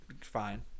fine